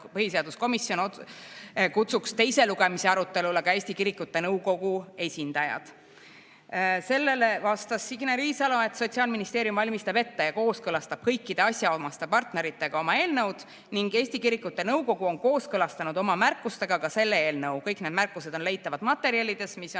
põhiseaduskomisjon kutsuks teise lugemise arutelule ka Eesti Kirikute Nõukogu esindajad. Sellele vastas Signe Riisalo, et Sotsiaalministeerium valmistab oma eelnõu ette ja kooskõlastab kõikide asjaomaste partneritega ning Eesti Kirikute Nõukogu on selle eelnõu oma märkustega kooskõlastanud. Kõik need märkused on leitavad materjalidest, mis on